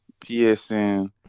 PSN